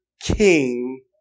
king